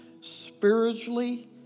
spiritually